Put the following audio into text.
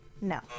No